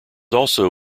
also